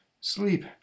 Sleep